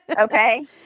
Okay